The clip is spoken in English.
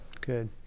Good